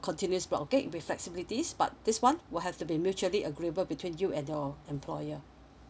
continuous block of date with flexibilities but this one will have to be mutually agreeable between you and your employer